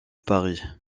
paris